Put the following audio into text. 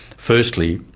firstly,